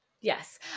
Yes